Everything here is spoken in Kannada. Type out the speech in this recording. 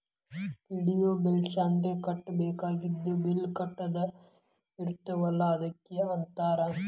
ಪೆ.ಡಿ.ಯು ಬಿಲ್ಸ್ ಅಂದ್ರ ಕಟ್ಟಬೇಕಾಗಿದ್ದ ಬಿಲ್ ಕಟ್ಟದ ಇರ್ತಾವಲ ಅದಕ್ಕ ಅಂತಾರ